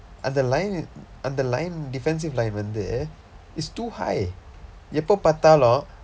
அந்த:andtha line அந்த:andtha line defensive line வந்து:vandthu it's too high எப்போ பார்த்தாலும்:eppoo paarththaalum